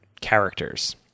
characters